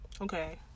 Okay